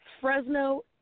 Fresno